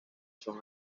son